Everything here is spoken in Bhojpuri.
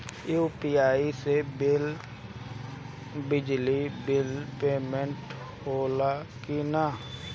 यू.पी.आई से बिजली बिल पमेन्ट होला कि न?